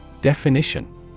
Definition